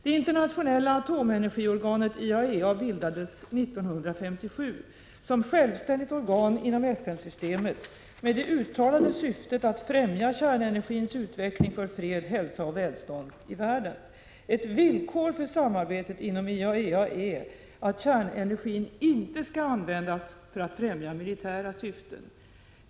Det internationella atomenergiorganet IAEA bildades 1957 som självständigt organ inom FN-systemet med det uttalade syftet att främja kärnenergins utveckling för fred, hälsa och välstånd i världen. Ett villkor för samarbetet inom IAEA är att kärnenergin inte skall användas för att främja militära syften.